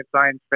science